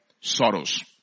sorrows